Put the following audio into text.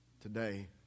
today